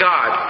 God